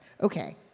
Okay